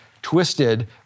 twisted